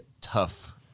tough